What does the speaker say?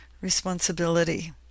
responsibility